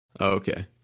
Okay